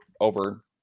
over